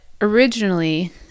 originally